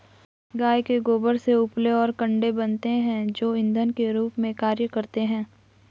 गाय के गोबर से उपले और कंडे बनते हैं जो इंधन के रूप में कार्य करते हैं